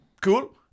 cool